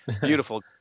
Beautiful